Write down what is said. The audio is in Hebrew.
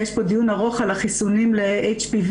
יש פה דיון ארוך על חיסונים של HPV,